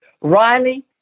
Riley